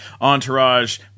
Entourage